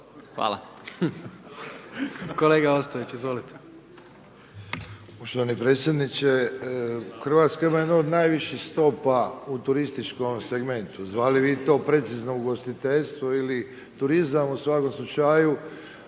izvolite. **Ostojić, Ranko (SDP)** Poštovani predsjedniče, Hrvatska ima jednu od najviših stopa u turističkom segmentu zvali vi to precizno ugostiteljstvo ili turizam, u svakom slučaju